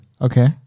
Okay